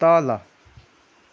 तल